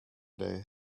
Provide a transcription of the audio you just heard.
day